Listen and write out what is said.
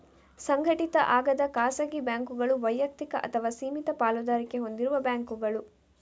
ಸಂಘಟಿತ ಆಗದ ಖಾಸಗಿ ಬ್ಯಾಂಕುಗಳು ವೈಯಕ್ತಿಕ ಅಥವಾ ಸೀಮಿತ ಪಾಲುದಾರಿಕೆ ಹೊಂದಿರುವ ಬ್ಯಾಂಕುಗಳು